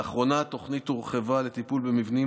לאחרונה התוכנית הורחבה לטיפול במבנים